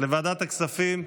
לוועדת הכספים?